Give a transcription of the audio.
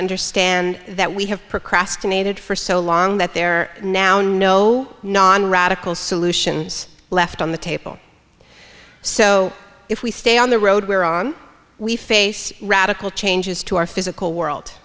understand that we have procrastinated for so long that there are now no non radical solutions left on the table so if we stay on the road we're on we face radical changes to our physical world